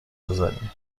بزنی